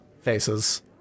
faces